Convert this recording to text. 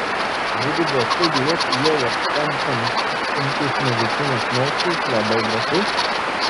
dvigubos studijos juolab kremtant sunkius medicinos mokslus labai drąsu